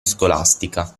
scolastica